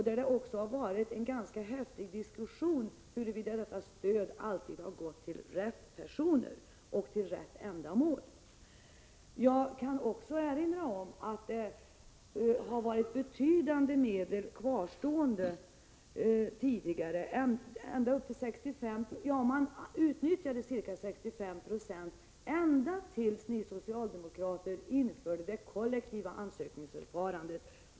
Det har också förts en ganska häftig diskussion om huruvida detta stöd alltid har gått till rätt person och rätt ändamål. Jag kan påminna om att de kvarstående medlen tidigare har varit 39 Prot. 1985/86:130 betydande. Ca 65 96 utnyttjades, ända tills ni socialdemokrater införde det kollektiva ansökningsförfarandet.